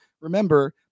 remember